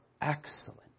excellent